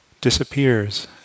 disappears